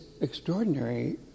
extraordinary